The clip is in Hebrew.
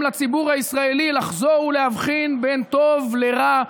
לציבור הישראלי לחזור ולהבחין בין טוב לרע,